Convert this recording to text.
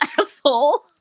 asshole